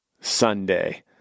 Sunday